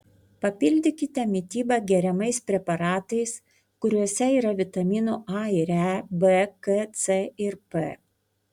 papildykite mitybą geriamais preparatais kuriuose yra vitaminų a ir e b k c ir p